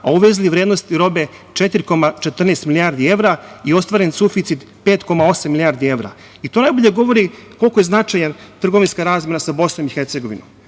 a uvezli vrednosti robe 4,14 milijarde evra i ostvaren suficit 5,8 milijarde evra. To najbolje govori koliko je značajna trgovinska razmena sa BiH. Najviše